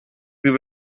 più